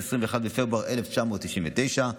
21 בפברואר 1999,